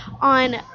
on